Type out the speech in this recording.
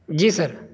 جی سر